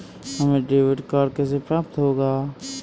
हमें debit card कैसे प्राप्त होगा?